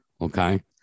okay